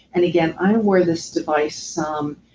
and again, i wore this device some,